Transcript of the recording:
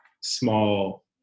small